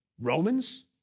Romans